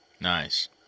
Nice